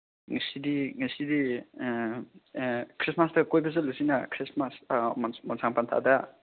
ꯉꯁꯤꯗꯤ ꯉꯁꯤꯗꯤ ꯈ꯭ꯔꯤꯁꯃꯥꯁꯇ ꯀꯣꯏꯕ ꯆꯠꯂꯨꯁꯤꯅ ꯈ꯭ꯔꯤꯁꯃꯥꯁ ꯃꯪꯁꯥꯄꯟꯊꯥꯗ